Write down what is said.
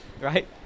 Right